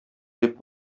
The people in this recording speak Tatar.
дип